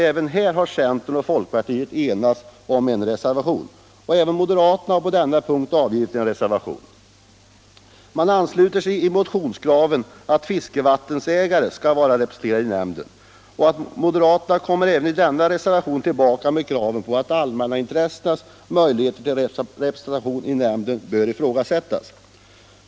Även här har centern och folkpartiet enats i en reservation. Också moderaterna har på denna punkt avgivit en reservation. Man ansluter sig till motionskravet att fiskevattenägarna skall vara representerade i nämnden. Moderaterna kommer i sin reservation tillbaka med kravet på att allmänintressets representation i nämnderna bör ifrågasättas.